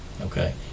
Okay